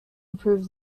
improve